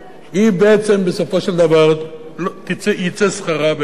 היא בעצם, בסופו של דבר, יצא שכרה בהפסדה.